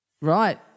Right